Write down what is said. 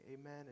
amen